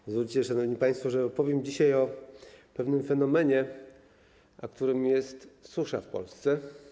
Pozwólcie, szanowni państwo, że opowiem dzisiaj o pewnym fenomenie, którym jest susza w Polsce.